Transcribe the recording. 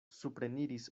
supreniris